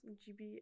gb